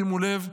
שימו לב,